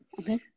Okay